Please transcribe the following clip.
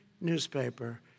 newspaper